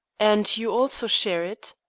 and you also share it?